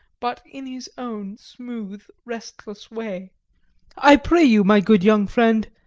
but in his own smooth, resistless way i pray you, my good young friend,